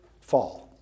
fall